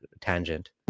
tangent